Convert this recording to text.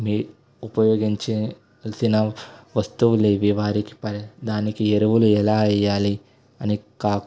మీ ఉపయోగించే తినే వస్తువులు ఏవి వారికి ప దానికి ఎరువులు ఎలా వెయ్యాలి అని కా